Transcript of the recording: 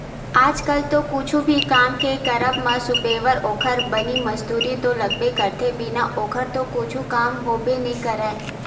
आज कल तो कुछु भी काम के करब म सुबेवत ओखर बनी मजदूरी तो लगबे करथे बिना ओखर तो कुछु काम होबे नइ करय